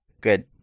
Good